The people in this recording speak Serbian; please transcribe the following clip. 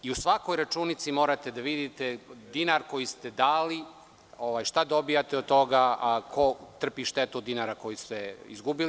I u svakoj računici morate da vidite dinar koji ste dali, šta dobijate od toga, a ko trpi štetu dinara koji ste izgubili.